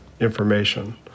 information